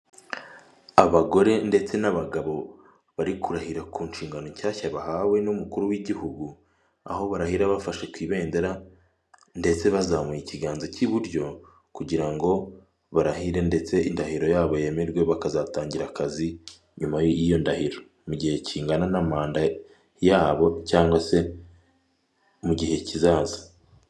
Inzu y'ubucuruzi igereretse inshuro zirenze eshatu, ikorerwamo ubucuruzi bugiye butandukanye aho bakodeshereza amakositimu n'amakanzu y'ubukwe, ndetse n'ibindi bicuruzwa bigiye bitandukanye.